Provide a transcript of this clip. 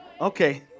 Okay